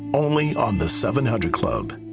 only on the seven hundred club.